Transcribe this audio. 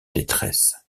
détresse